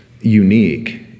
unique